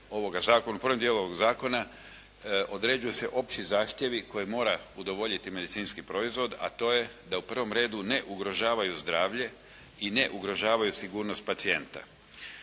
u prvom dijelu ovoga zakona određuju se opći zahtjevi koje mora udovoljiti medicinski proizvod, a to je da u prvom redu ne ugrožavaju zdravlje i ne ugrožavaju sigurnost pacijenta.